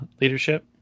leadership